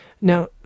Now